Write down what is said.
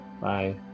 bye